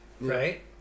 right